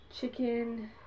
chicken